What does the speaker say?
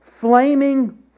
flaming